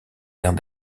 aires